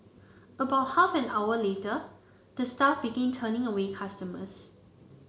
about half an hour later the staff began turning away customers